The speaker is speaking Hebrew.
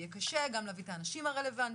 יהיה קשה גם להביא את האנשים הרלוונטיים,